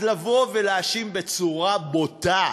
אז לבוא ולהאשים בצורה בוטה,